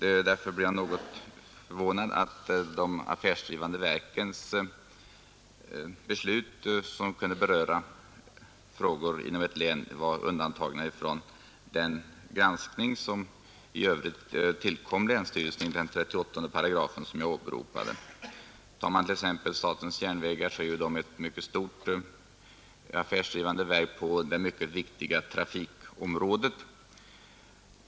Mot denna bakgrund blev jag något förvånad över att finna att de affärsdrivande verkens beslut, som kunde beröra frågor inom ett län, var undantagna från den granskning som i övrigt tillkommer länsstyrelsen enligt 38 § som jag åberopat i min fråga. Exempelvis statens järnvägar är ju ett mycket stort affärsdrivande verk på det mycket viktiga trafikområdet.